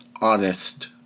honest